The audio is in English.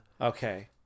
okay